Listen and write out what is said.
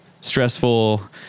stressful